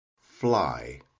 Fly